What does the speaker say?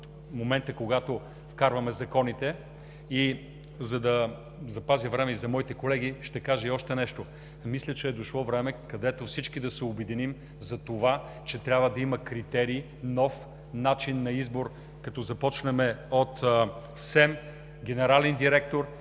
момента, когато гледаме законите. За да запазя време и за моите колеги, ще кажа и още нещо. Мисля, че е дошло време, в което всички да се обединим за това, че трябва да има критерии, нов начин на избор, като започнем от СЕМ, генерален директор.